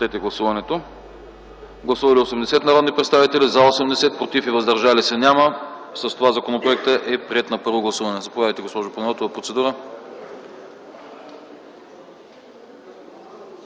за 80, против и въздържали се няма. С това законопроектът е приет на първо гласуване. Заповядайте за процедура,